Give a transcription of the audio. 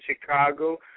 Chicago